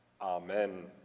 Amen